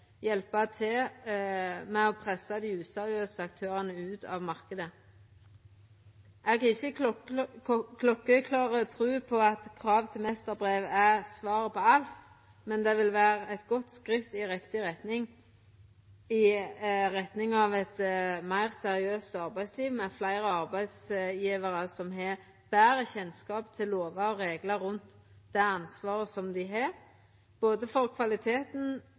hjelpa til med å pressa dei useriøse aktørane ut av marknaden. Eg har ikkje klokkeklår tru på at krav til meisterbrev er svaret på alt, men det vil vera eit godt skritt i riktig retning av eit meir seriøst arbeidsliv med fleire arbeidsgjevarar som har betre kjennskap til lovar og reglar rundt det ansvaret dei har, både for kvaliteten